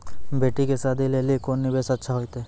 बेटी के शादी लेली कोंन निवेश अच्छा होइतै?